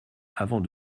avant